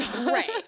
Right